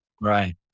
right